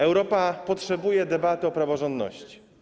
Europa potrzebuje debaty o praworządności.